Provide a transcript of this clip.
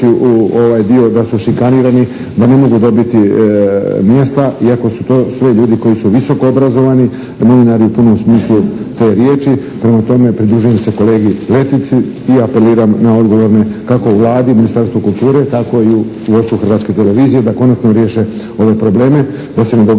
da su šikanirani, da ne mogu dobiti mjesta, iako su to sve ljudi koji su visoko obrazovani, novinari u punom smislu te riječi. Prema tome pridružujem se kolegi Letici i apeliram na odgovorne kako u Vladi, Ministarstvu kulture tako i u vodstvu Hrvatske televizije da konačno riješe ove probleme, da se ne događa